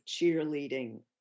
cheerleading